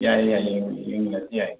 ꯌꯥꯏꯌꯦ ꯌꯥꯏꯌꯦ ꯌꯦꯡꯃꯤꯟꯅꯁꯤ ꯌꯥꯏ